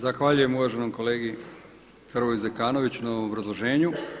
Zahvaljujem uvaženom kolegi Hrvoju Zekanoviću na ovom obrazloženju.